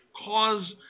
cause